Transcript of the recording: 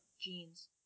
jeans